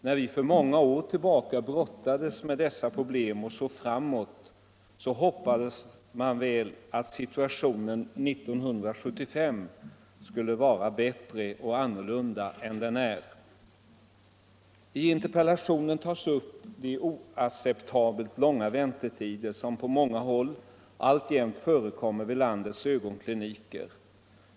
När man för åtskilliga år sedan brottades med dessa problem och såg framåt hoppades man väl, att situationen 1975 skulle vara bättre än den nu är. I interpellationen tas upp de oacceptabelt långa väntetider som på många håll alltjämt förekommer vid landets ögonkliniker.